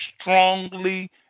strongly